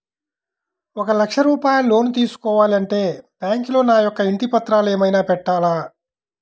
ఒక లక్ష రూపాయలు లోన్ తీసుకోవాలి అంటే బ్యాంకులో నా యొక్క ఇంటి పత్రాలు ఏమైనా పెట్టాలా?